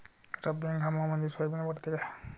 रब्बी हंगामामंदी सोयाबीन वाढते काय?